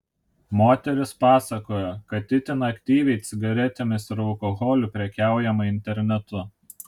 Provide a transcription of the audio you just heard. moteris pasakojo kad itin aktyviai cigaretėmis ir alkoholiu prekiaujama internetu